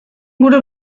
gure